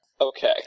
Okay